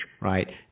right